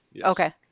okay